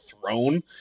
throne